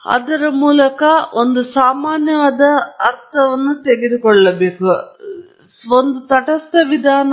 ನಿರ್ಧರಿಸುತ್ತದೆ ಮತ್ತು ಅದರ ಮೂಲಕ ಒಂದು ಸಾಮಾನ್ಯವಾದ ಅರ್ಥ ವಿಧಾನವನ್ನು ತೆಗೆದುಕೊಳ್ಳಬೇಕು ಮತ್ತು ಒಂದು ತಟಸ್ಥ ವಿಧಾನ